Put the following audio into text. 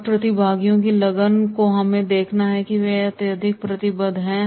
और प्रतिभागियों की लगन को हमें देखना होगा कि वे अत्यधिक प्रतिबद्ध हैं